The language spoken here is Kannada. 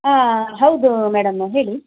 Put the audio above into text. ಹಾಂ ಹೌದು ಮೇಡಮ್ ಹೇಳಿ